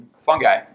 fungi